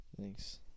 Thanks